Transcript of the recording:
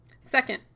Second